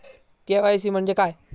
KYC म्हणजे काय?